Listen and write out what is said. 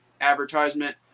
advertisement